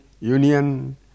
union